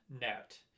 net